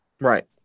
Right